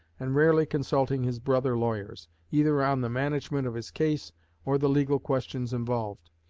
and rarely consulting his brother lawyers either on the management of his case or the legal questions involved.